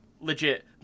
legit